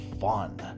fun